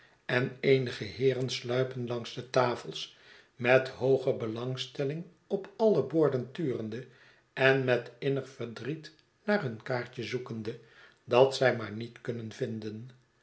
en eenige heeren sluipen langs de tafels met hooge belangstelling op alle borden turende en met innig verdriet naar hun kaartje zoekende dat zij maar niet kunnen vinden